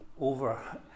over